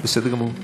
בסדר גמור.